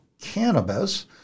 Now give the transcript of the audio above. cannabis